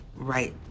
right